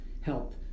help